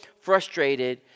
frustrated